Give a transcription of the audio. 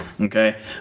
okay